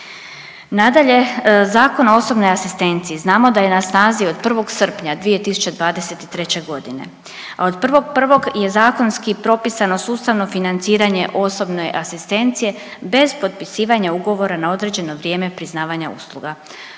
Nadalje, Zakon o osobnoj asistenciji, znamo da je na snazi od 1. srpnja 2023.g., a od 1.1. je zakonski propisano sustavno financiranje osobne asistencije bez potpisivanja ugovora na određeno vrijeme priznavanja usluga.